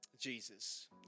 Jesus